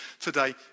today